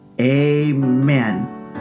Amen